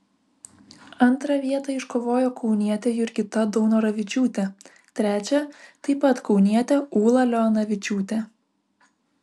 antrą vietą iškovojo kaunietė jurgita daunoravičiūtė trečią taip pat kaunietė ūla leonavičiūtė